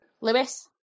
lewis